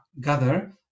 gather